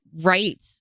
right